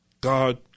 God